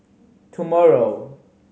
tomorrow